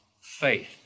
faith